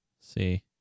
See